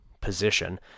position